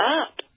up